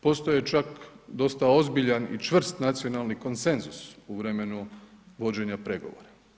Postoji čak dosta ozbiljan i čvrst nacionalni konsenzus u vremenu vođena pregovora.